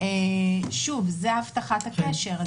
זה הבטחת הקשר.